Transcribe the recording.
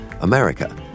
America